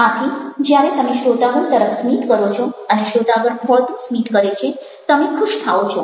આથી જ્યારે તમે શ્રોતાગણ તરફ સ્મિત કરો છો અને શ્રોતાગણ વળતું સ્મિત કરે છે તમે ખુશ થાઓ છો